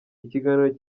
ikiganiro